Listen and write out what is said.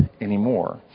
anymore